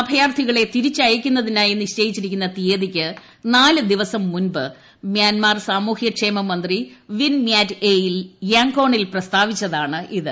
അഭയാർത്ഥികളെ തിരിച്ചയയ്ക്കുന്നതിനായി നിശ്ചയിച്ചിരിക്കുന്ന തീയതിക്ക് നാലു ദിവസം ്ല മുമ്പ് മൃാൻമാർ സാമൂഹൃ ക്ഷേമ മന്ത്രി വിൻ മ്യാറ്റ് ഐയ് യെക്ക്ട്ടിട്ടിൽ പ്രസ്താവിച്ചതാണിത്